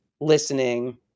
listening